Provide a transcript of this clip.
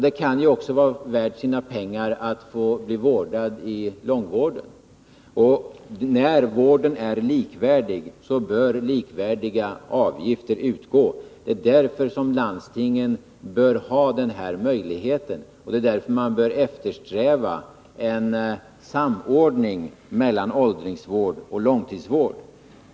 Det kan ju också vara värt sina pengar att bli vårdad i långvården! När vården är likvärdig bör likvärdiga avgifter utgå — det är därför landstingen bör ha denna möjlighet, och det är därför man bör eftersträva en samordning mellan åldringsvård och långtidsvård.